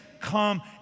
come